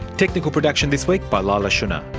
technical production this week by leila shunnar,